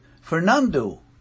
Fernando